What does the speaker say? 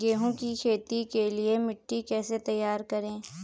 गेहूँ की खेती के लिए मिट्टी कैसे तैयार करें?